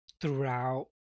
throughout